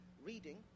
reading